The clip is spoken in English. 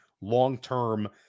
long-term